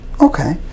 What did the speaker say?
Okay